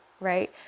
right